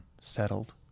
settled